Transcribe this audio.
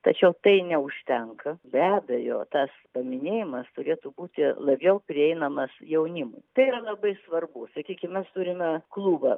tačiau tai neužtenka be abejo tas paminėjimas turėtų būti labiau prieinamas jaunimui tai yra labai svarbu sakykime mes turime klubą